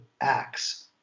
acts